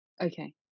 okay